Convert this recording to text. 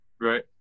Right